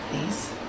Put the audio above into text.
please